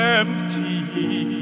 empty